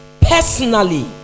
personally